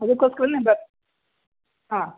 ಅದಕ್ಕೋಸ್ಕರವೇ ಬ ಹಾಂ